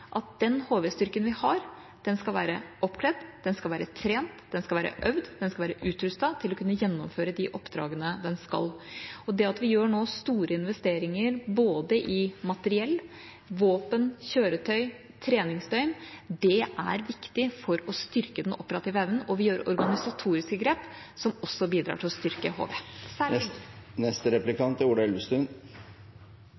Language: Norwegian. at den HV-styrken vi har, skal være oppkledd, trent, øvd og utrustet til å kunne gjennomføre de oppdragene den skal. Det at vi nå gjør store investeringer i både materiell, våpen, kjøretøy og treningsdøgn er viktig for å styrke den operative evnen. Vi gjør organisatoriske grep som også bidrar til å styrke HV,